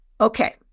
Okay